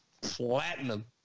platinum